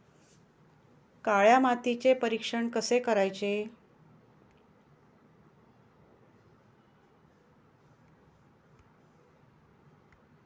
काळ्या मातीचे परीक्षण कसे करायचे?